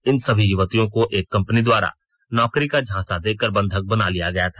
इन सभी युवतियों को एक कंपनी द्वारा नौकरी का झांसा देकर बंधक बना लिया गया था